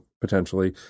potentially